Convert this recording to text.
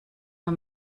nur